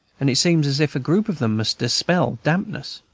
and it seems as if a group of them must dispel dampness.